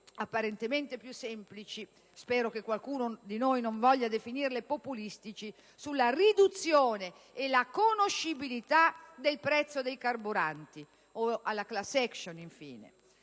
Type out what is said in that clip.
apparentemente più semplici (spero che qualcuno di noi non voglia definirle populistiche), sulla riduzione e la conoscibilità del prezzo dei carburanti o, infine, alla *class action*.